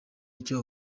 icyo